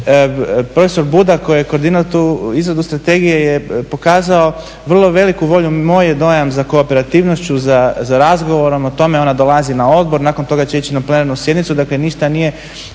Profesor Budak koji je koordinator tu izradu strategije je pokazao vrlo velikom voljom i moj je dojam za kooperativnošću za razgovorom o tome, ona dolazi na odbor, nakon toga će ići na plenarnu sjednicu. Ništa nije,